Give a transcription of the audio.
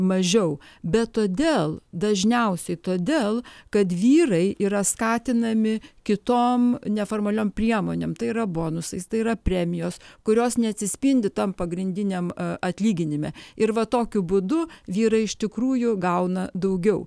mažiau bet todėl dažniausiai todėl kad vyrai yra skatinami kitom neformaliom priemonėm tai yra bonusais tai yra premijos kurios neatsispindi tam pagrindiniam atlyginime ir va tokiu būdu vyrai iš tikrųjų gauna daugiau